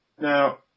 Now